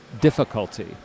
difficulty